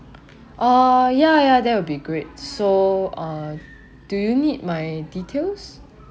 uh ya ya that will be great so uh do you need my details